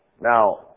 Now